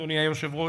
אדוני היושב-ראש,